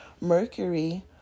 Mercury